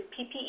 PPE